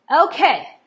Okay